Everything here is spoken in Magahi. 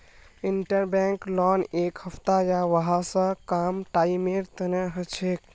इंटरबैंक लोन एक हफ्ता या वहा स कम टाइमेर तने हछेक